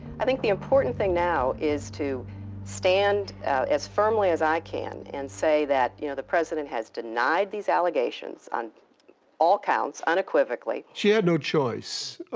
i think the important thing now is to stand as firmly as i can and say that, you know, the president has denied these allegations on all counts, unequivocally. she had no choice.